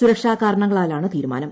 സുരക്ഷാ കാരണങ്ങളാലാണ് തീരുമാനം